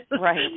Right